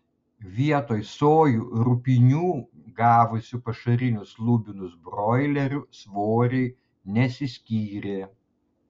vietoj sojų rupinių gavusių pašarinius lubinus broilerių svoriai nesiskyrė